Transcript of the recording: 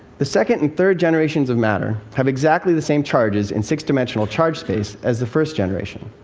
the second and third generations of matter have exactly the same charges in six-dimensional charge space as the first generation.